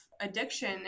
addiction